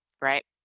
right